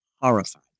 horrified